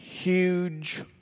Huge